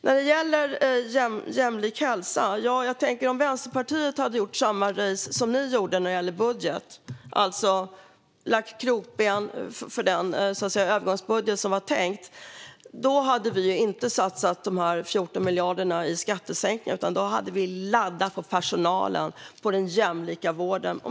När det gäller jämlik hälsa tänker jag att om Vänsterpartiet hade gjort samma race som ni gjorde när det gäller budget, alltså lagt krokben för den övergångsbudget som var tänkt, hade vi inte satsat på 14 miljarder i skattesänkningar. Då hade vi laddat med satsningar på personalen och den jämlika vården.